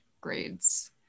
grades